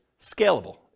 scalable